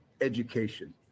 education